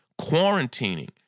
quarantining